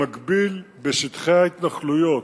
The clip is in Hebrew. במקביל, בשטחי ההתנחלויות,